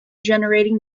generating